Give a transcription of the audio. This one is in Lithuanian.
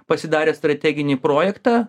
pasidarė strateginį projektą